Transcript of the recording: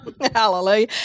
hallelujah